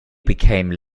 became